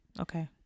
Okay